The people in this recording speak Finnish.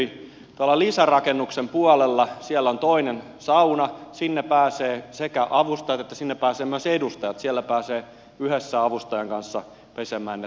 tuolla lisärakennuksen puolella on toinen sauna sinne pääsevät sekä avustajat että myös edustajat siellä pääsee yhdessä avustajan kanssa pesemään ne tahrat pois